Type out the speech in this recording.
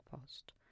post